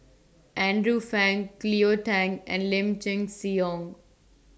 Andrew Phang Cleo Thang and Lim Chin Siong